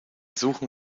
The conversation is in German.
suchen